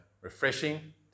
refreshing